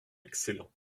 excellent